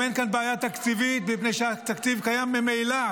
גם אין כאן בעיה תקציבית מפני שהתקציב קיים ממילא,